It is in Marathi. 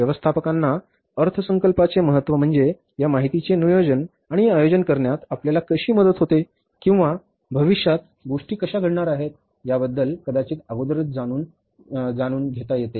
व्यवस्थापकांना अर्थसंकल्पाचे महत्त्व म्हणजे या माहितीचे नियोजन आणि आयोजन करण्यात आपल्याला कशी मदत होते किंवा भविष्यात गोष्टी कशा घडणार आहेत याबद्दल कदाचित अगोदरच जाणून येतो